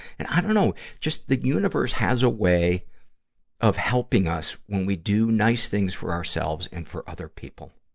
and i dunno, just the universe has a way of helping us when we do nice things for ourselves and for other people.